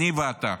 אני ואתה.